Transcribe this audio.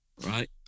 Right